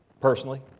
personally